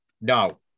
no